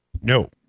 No